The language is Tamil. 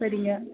சரிங்க